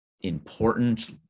important